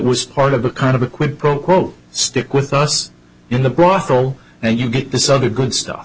was part of a kind of a quid pro quo stick with us in the broth will and you get this other good stuff